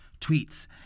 tweets